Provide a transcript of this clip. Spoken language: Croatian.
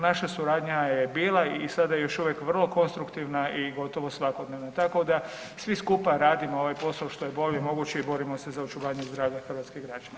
Naša suradnja bila i sada je još uvijek vrlo konstruktivna i gotovo svakodnevna tako da svi skupa radimo ovaj posao što je bolje i borimo se za očuvanje zdravlja hrvatskih građana.